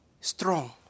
strong